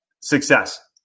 success